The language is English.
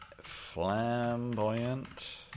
flamboyant